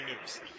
news